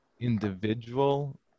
individual